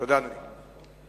תודה, אדוני.